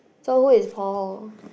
so who is Paul